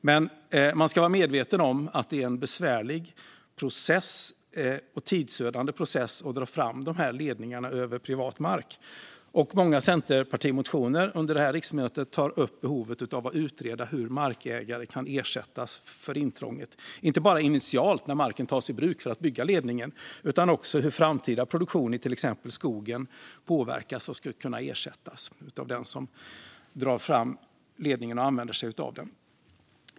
Men man ska vara medveten om att det är en besvärlig och tidsödande process att dra fram dessa ledningar över privat mark. Många centerpartimotioner under det här riksmötet tar upp behovet av att utreda hur markägare kan ersättas för intrånget. Det gäller inte bara initialt när marken tas i bruk för att bygga ledningen, utan det handlar också om hur framtida produktion i till exempel skogen påverkas och ska kunna ersättas av den som drar fram ledningen och använder sig av den.